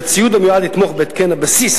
וכשהציוד המיועד לתמוך בהתקן הבסיס,